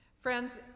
Friends